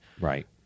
Right